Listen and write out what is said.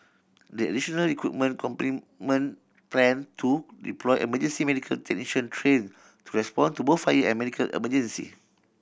the additional equipment complement plan to deploy emergency medical technician trained to respond to both fire and medical emergencies